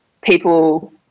people